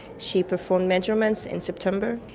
she performed measurements in september,